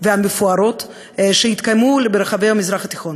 ומפוארות שהתקיימו במרחבי המזרח התיכון.